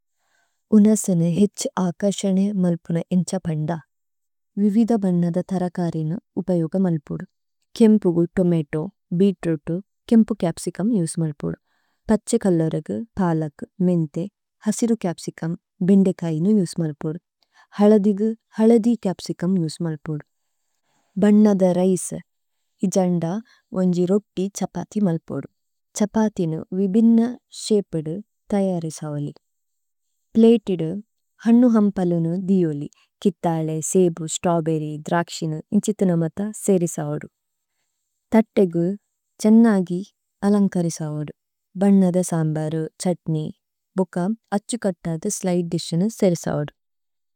ഉനസന ഹിഛ് അചസ്സിഓന് മലപന ഇന്ജപനദ। വിവിദ് ബനനദ തരകരിന് ഉപയുഗമലപന। കയമ്പഗമ് തമൈതോ, ബിതരതഗമ്, കയമ്പഗമ് ചപചിചുമ് ഇസമലപന। പഛകലലരഗമ്, പലക്, മിന്ഥൈ, ഹസിരമ് ചപചിചുമ്, ബിന്ദികയിന ഉയസമലപന। ഹലദിഗമ്, ഹലദികപസികമ് ഇസമലപന। ബനനദ രഈസ്, ഇജനദ് ഓന്ജി രദി ഛപതി മലപന। ഛപതിന് വിബിന ശൈപദി ഥയരിസവലി। പലൈതിദ് ഹനനമ് ഹമപലനമ് ദിയവലി। കിതലൈ സൈബമ് സതബിരി ദരകശിനമ് ഇന്ജിഥനമഥ സിരിസവദ। തതതിഗി ഛനനഗി അലന്കരിസവദ। ബനനദ സമബരമ് ഛതനി। ബച അഛഛികതദി സലഏതിശനമ് സരിസവദ।